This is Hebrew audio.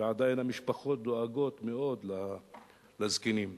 ועדיין המשפחות דואגות מאוד לזקנים שבקהילה.